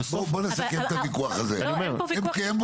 בואו נסכם את הוויכוח הזה כי אין פה ויכוח.